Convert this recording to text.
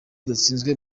dutsinzwe